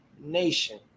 Nation